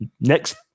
Next